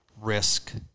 risk